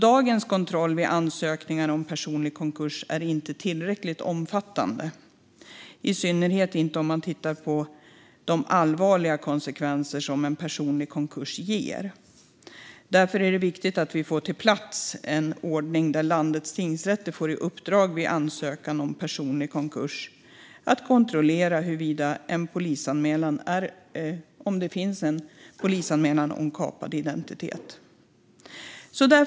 Dagens kontroll vid ansökan om personlig konkurs är inte tillräckligt omfattande, i synnerhet inte med tanke på de allvarliga konsekvenser som en personlig konkurs får. Därför är det viktigt att vi får på plats en ordning där landets tingsrätter får i uppdrag att vid ansökan om personlig konkurs kontrollera huruvida det finns en polisanmälan om kapad identitet.